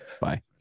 Bye